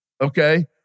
okay